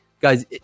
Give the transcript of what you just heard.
guys